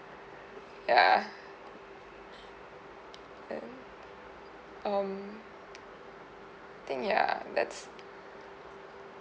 ya uh um I think ya that's